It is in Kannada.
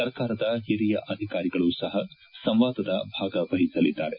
ಸರ್ಕಾರದ ಹಿರಿಯ ಅಧಿಕಾರಿಗಳು ಸಹ ಸಂವಾದದ ಭಾಗವಹಿಸಲಿದ್ದಾರೆ